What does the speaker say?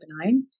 benign